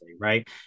right